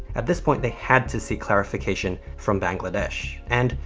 at this point, they had to seek clarification from bangladesh. and,